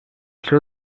seu